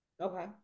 Okay